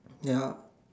ya